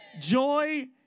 Joy